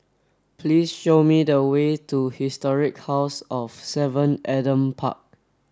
please show me the way to Historic House of seven Adam Park